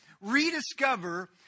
rediscover